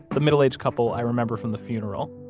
the middle-aged couple i remember from the funeral.